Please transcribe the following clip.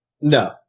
No